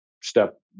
step